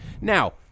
Now